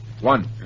One